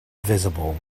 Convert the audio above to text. visible